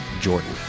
Jordan